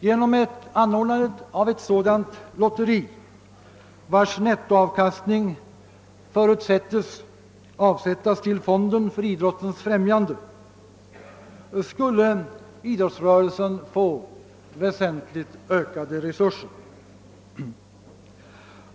Genom anordnandet av ett sådant lotteri, vars nettoavkastning förutsättes skola avsättas till fonden för idrottens främjande, skulle idrottsrörelsen få väsentligt ökade resurser.